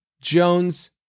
Jones